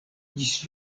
ĝis